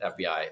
FBI